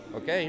ok